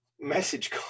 message